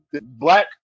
Black